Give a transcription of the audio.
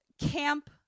camp